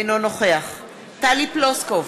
אינו נוכח טלי פלוסקוב,